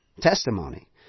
testimony